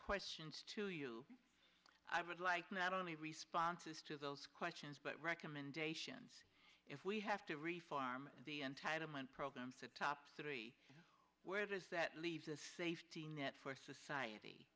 question to you i would like not only responses to those questions but recommendations if we have to reform the entitlement programs the top three where does that leave the safety net for society